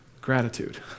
gratitude